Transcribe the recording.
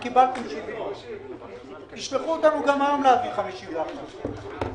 וקיבלתם 70. תשלחו אותנו גם היום להביא 51. לגבי